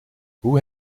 hoe